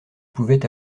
pouvait